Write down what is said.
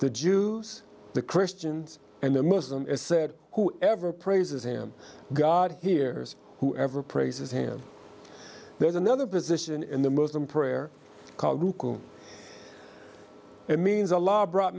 juice the christians and the muslim said who ever praises him god hears whoever praises him there's another position in the muslim prayer called it means a law brought